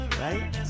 right